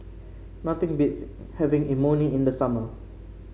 nothing beats having Imoni in the summer